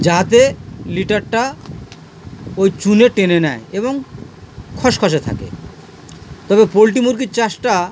যাতে লিটারটা ওই চুনে টেনে নেয় এবং খসখসে থাকে তবে পোলট্রি মুরগির চাষটা